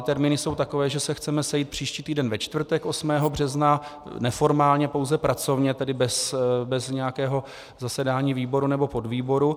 Termíny jsou takové, že se chceme sejít příští týden ve čtvrtek 8. března, neformálně, pouze pracovně, tedy bez nějakého zasedání výboru nebo podvýboru.